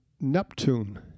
Neptune